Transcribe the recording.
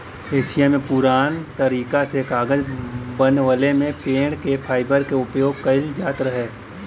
Asia में पुरान तरीका से कागज बनवले में पेड़ क फाइबर क उपयोग कइल जात रहे